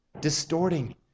distorting